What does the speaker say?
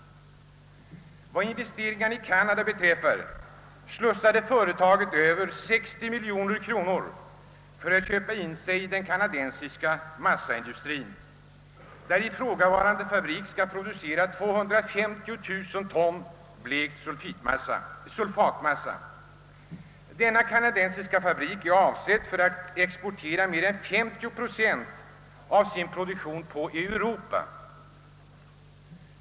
Vad investeringarna i Kanada beträffar slussade företaget över 60 miljoner kronor för att köpa in sig i den kanadensiska massaindustrien, där ifrågavarande fabrik skall producera 250 000 ton blekt sulfatmassa. Avsikten är, att denna kanadensiska fabrik skall exportera mer än 50 procent av sin produktion på Europa.